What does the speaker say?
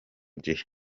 gihe